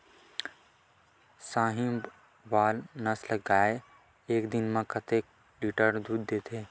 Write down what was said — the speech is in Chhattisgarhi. साहीवल नस्ल गाय एक दिन म कतेक लीटर दूध देथे?